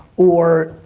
or,